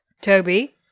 Toby